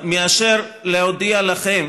כדי להודיע לכם